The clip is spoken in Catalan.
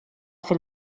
fer